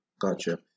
gotcha